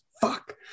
Fuck